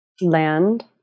Land